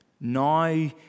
now